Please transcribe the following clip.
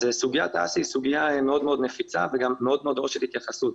סוגיית האסי היא סוגיה מאוד נפיצה וגם מאוד דורשת התייחסות.